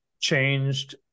changed